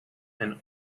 and